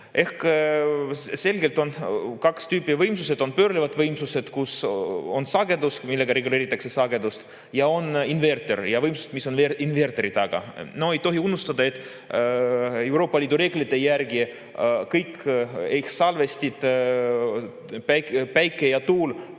keeld. On kaht tüüpi võimsusi. On pöörlevad võimsused, kus on sagedus, millega reguleeritakse sagedust, ja on võimsused, mis on inverteri taga. Ei tohi unustada, et Euroopa Liidu reeglite järgi salvestid, päike ja tuul